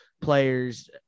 players